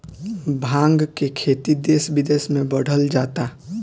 भाँग के खेती देस बिदेस में बढ़ल जाता